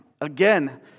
Again